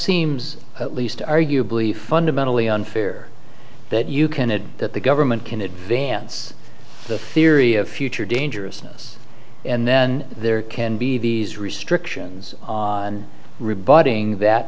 seems at least arguably fundamentally unfair that you can add that the government can advance the theory of future dangerousness and then there can be these restrictions on rebutting that